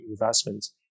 investments